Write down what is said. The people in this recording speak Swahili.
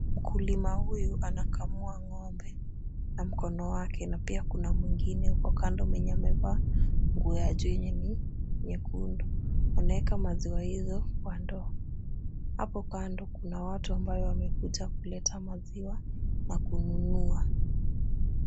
Mkulima huyu anakamua ng'ombe na mkono wake na pia kuna mwingine huko kando mwenye amevaa nguo ya juu yenye ni nyekundu. Wanaeka maziwa hizo kwa ndoo. Hapo kando kuna watu ambao wamekuja kuleta maziwa na kununua.